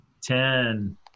Ten